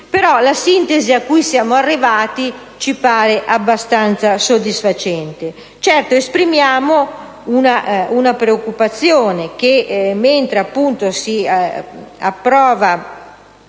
però la sintesi a cui siamo arrivati ci pare abbastanza soddisfacente. Certo, esprimiamo una preoccupazione: che, mentre si approva